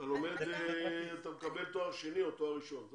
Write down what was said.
אתה לומד ומקבל תואר ראשון או שני.